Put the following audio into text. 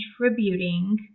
contributing